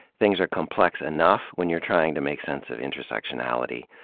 things are complex enough when you're trying to make sense of intersectionality.